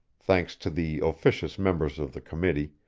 thanks to the officious members of the committee,